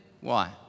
why